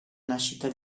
nascita